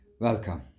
Welcome